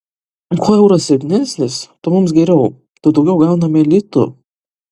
kuo euras silpnesnis tuo mums geriau tuo daugiau gauname litų